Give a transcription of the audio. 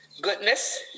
Goodness